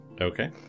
Okay